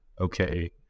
okay